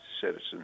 citizens